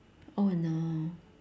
oh no